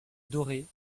dorée